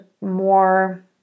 more